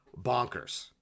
bonkers